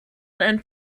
and